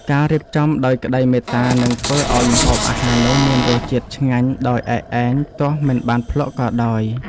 ការរៀបចំដោយក្តីមេត្តានឹងធ្វើឱ្យម្ហូបអាហារនោះមានរសជាតិឆ្ងាញ់ដោយឯកឯងទោះមិនបានភ្លក្សក៏ដោយ។